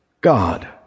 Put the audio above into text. God